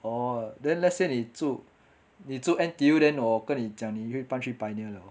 orh then let's say 你住你住 N_T_U then 我跟你讲你可以搬去 pioneer 了 lor